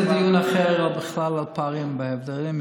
זה דיון אחר בכלל, על הפערים וההבדלים.